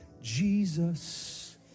Jesus